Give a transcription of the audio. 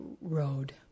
road